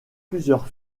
plusieurs